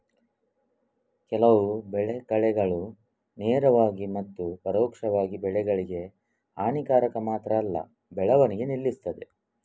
ಕೆಲವು ಬೆಳೆ ಕಳೆಗಳು ನೇರವಾಗಿ ಮತ್ತು ಪರೋಕ್ಷವಾಗಿ ಬೆಳೆಗಳಿಗೆ ಹಾನಿಕಾರಕ ಮಾತ್ರ ಅಲ್ಲ ಬೆಳವಣಿಗೆ ನಿಲ್ಲಿಸ್ತದೆ